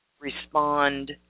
respond